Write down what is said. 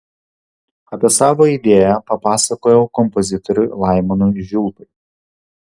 apie savo idėją papasakojau kompozitoriui laimonui žiulpai